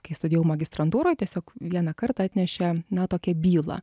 kai studijavau magistrantūroj tiesiog vieną kartą atnešė na tokią bylą